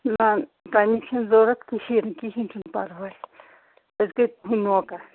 نہ تٔمِچ چھِنہٕ ضوٚرَتھ کِہیٖنۍ کِہیٖنۍ چھِنہٕ پرواے أسۍ گٔے تُہٕنٛد نوکَر